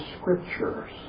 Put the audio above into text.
scriptures